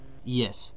Yes